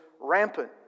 rampant